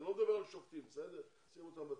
אני לא מדבר על שופטים, בסדר, נשים אותם בצד,